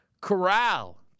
Corral